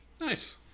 nice